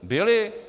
Byli.